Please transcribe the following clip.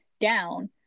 down